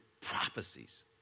prophecies